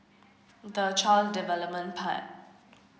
the child development part